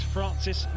Francis